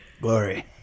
glory